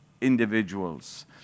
individuals